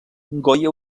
goya